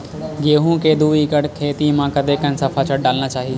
गेहूं के दू एकड़ खेती म कतेकन सफाचट डालना चाहि?